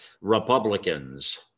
Republicans